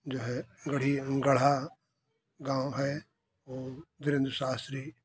जो है गढ़ी गढ़ा गाँव है धीरेंद्र शास्त्री